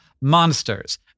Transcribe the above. monsters